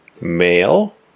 male